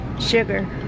Sugar